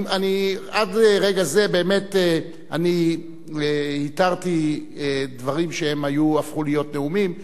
עד רגע זה התרתי דברים שהפכו להיות נאומים,